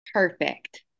perfect